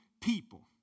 people